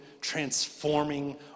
transforming